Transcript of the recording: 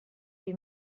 seva